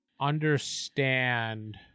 understand